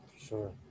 sure